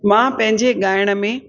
मां पंहिंजे ॻाइण में